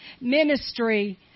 ministry